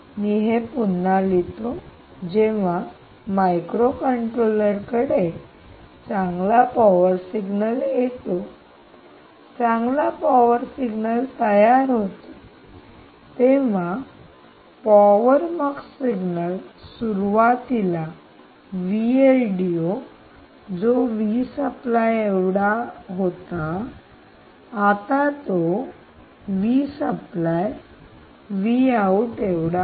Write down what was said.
मी हे पुन्हा लिहितो जेव्हा मायक्रोकंट्रोलरकडे चांगला पॉवर सिग्नल येतो चांगला पॉवर सिग्नल तयार करतो तेव्हा पॉवर मक्स सिग्नल सुरुवातीला जो एवढा आहे होता आता तो एवढा आहे